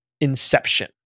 Inception